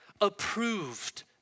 Approved